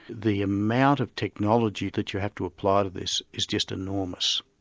the amount of technology that you have to apply to this is just enormous.